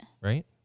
Right